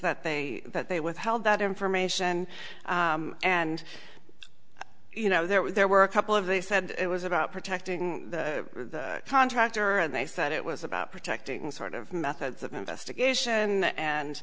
that they that they withheld that information and you know there was there were a couple of they said it was about protecting the contractor and they said it was about protecting sort of methods of investigation